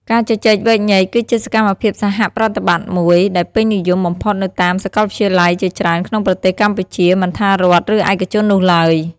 ការជជែកវែកញែក គឺជាសកម្មភាពសហប្រតិបត្តិមួយដែលពេញនិយមបំផុតនៅតាមសាកលវិទ្យាល័យជាច្រើនក្នុងប្រទេសកម្ពុជា មិនថារដ្ឋ ឬឯកជននោះឡើយ។។